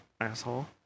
asshole